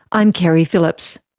i'm keri phillips.